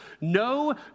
No